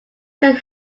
can